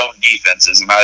defenses